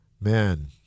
man